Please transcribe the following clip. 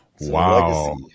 Wow